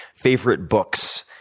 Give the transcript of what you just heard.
favorite books,